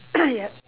yup